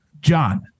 John